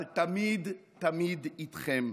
אבל תמיד תמיד איתכם,